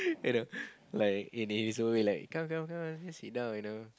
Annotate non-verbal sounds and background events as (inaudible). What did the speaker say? (laughs) like in his own way like come come come come just sit down you know